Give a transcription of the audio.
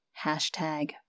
Hashtag